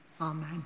Amen